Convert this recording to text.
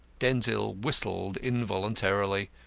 denzil whistled involuntarily.